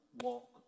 walk